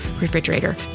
refrigerator